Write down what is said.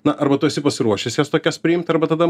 na arba tu esi pasiruošęs jas tokias priimt arba tada